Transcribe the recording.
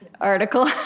article